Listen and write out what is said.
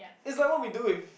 it's like what we do with